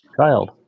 Child